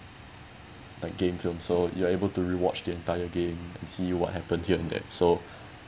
the game film so you're able to rewatch the entire game and see what happened here and there so